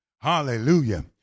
Hallelujah